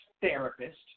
therapist